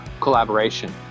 collaboration